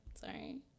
Sorry